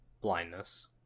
blindness